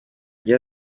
iyo